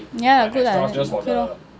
ya good lah like okay lor